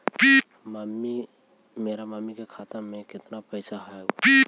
मेरा मामी के खाता में कितना पैसा हेउ?